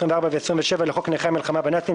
24 ו-27 לחוק נכי המלחמה בנאצים,